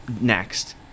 next